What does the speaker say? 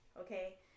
okay